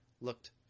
looked